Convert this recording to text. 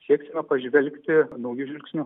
sieksime pažvelgti nauju žvilgsniu